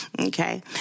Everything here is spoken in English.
Okay